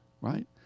Right